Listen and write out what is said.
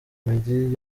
imijyi